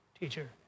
teacher